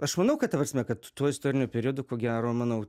aš manau kad ta prasme kad tuo istoriniu periodu ko gero manau